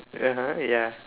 (uh huh) ya